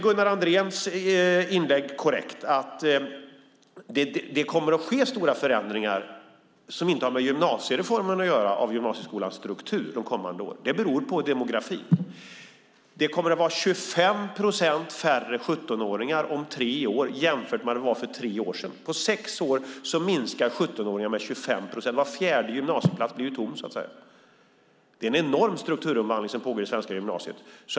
Gunnar Andréns inlägg om att det kommer att ske stora förändringar av gymnasieskolans struktur under de kommande åren som inte har med gymnasiereformen att göra är korrekt. Det beror på demografin. Det kommer att vara 25 procent färre 17-åringar om tre år jämfört med hur det var för tre år sedan. På sex år minskar antalet 17-åringar med 25 procent. Var fjärde gymnasieplats blir så att säga tom. Det är en enorm strukturomvandling som pågår i det svenska gymnasiet.